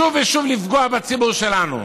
שוב ושוב, לפגוע בציבור שלנו.